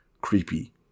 creepy